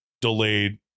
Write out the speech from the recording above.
delayed